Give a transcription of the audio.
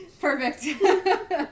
Perfect